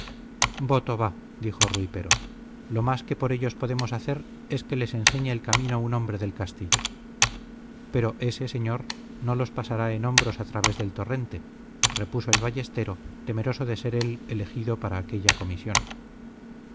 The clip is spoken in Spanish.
voto va dijo rui pero lo más que por ellos podemos hacer es que les enseñe el camino un hombre del castillo pero ése señor no los pasará en hombros a través del torrente repuso el ballestero temeroso de ser él elegido para aquella comisión